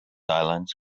islands